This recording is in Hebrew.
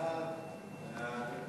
ההצעה